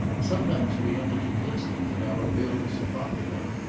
sometimes we had to convince them that our bill was a proper one,